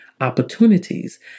opportunities